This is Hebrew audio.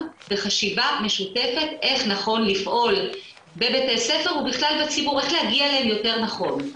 בחשיבה משותפת איך נכון לפעול בבתי הספר ובכלל כדי להגיע אליהם יותר נכון,